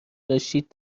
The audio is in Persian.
داشتید